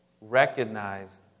recognized